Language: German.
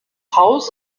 haus